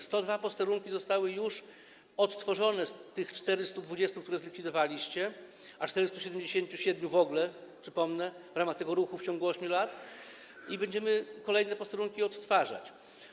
102 posterunki zostały już odtworzone z tych 420, które zlikwidowaliście, a 477 w ogóle, przypomnę, w ramach tego ruchu w ciągu 8 lat, i będziemy kolejne posterunki odtwarzać.